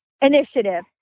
initiative